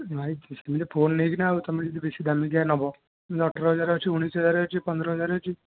phone ନେଇକି ନା ତୁମେ ଯଦି ବେଶୀ ଦାମିକିଆ ନେବ ଅଠରହଜାର ଅଛି ଉଣେଇଶି ହଜାର ଅଛି ପନ୍ଦର ହଜାର ଅଛି